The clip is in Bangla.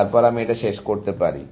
তারপর আমি এটা শেষ করতে পারি